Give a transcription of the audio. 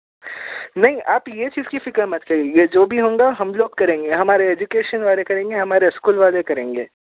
نہیں آپ یہ چیز کی فکر مت کریئے یہ جو بھی ہوں گا ہم لوگ کریں گے ہمارے ایجوکیشن والے کریں گے ہمارے اسکول والے کریں گے